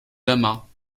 damas